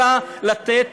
אלא לתת